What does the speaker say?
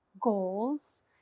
goals